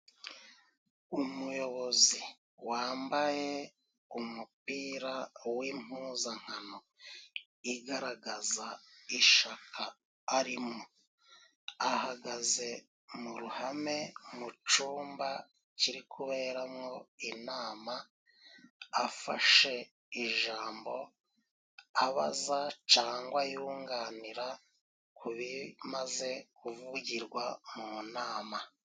Umuyobozi wambaye umupira w'impuzankano, igaragaza ishaka arimo. Ahagaze mu ruhame mu cumba kiri kuberamo inama, afashe ijambo abaza cangwa yunganira ku bimaze kuvugirwa mu nama.